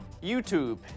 YouTube